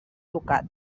ducat